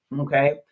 Okay